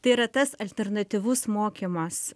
tai yra tas alternatyvus mokymas